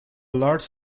large